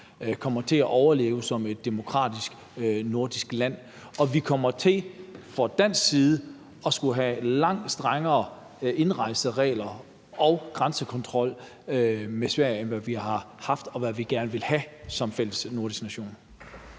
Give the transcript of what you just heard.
kommer til at overleve som et demokratisk nordisk land. Og vi kommer fra dansk side til at skulle have langt strengere indrejseregler fra og langt større grænsekontrol mod Sverige, end hvad vi har haft og hvad vi gerne vil have som fælles nordiske nationer.